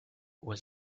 was